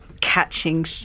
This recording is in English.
catching